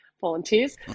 volunteers